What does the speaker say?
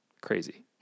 crazy